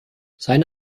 seine